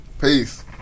Peace